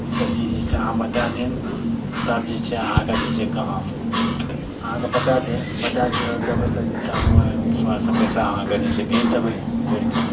ईसब चीज जे छै अहाँ बता देब तब जे छै अहाँके जे छै कहब अहाँके बता देब बता देबै तऽ जे छै हम ओहि अनुसार पैसा अहाँकेॅं जे छै भेज देबय जोड़िके